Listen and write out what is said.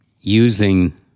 using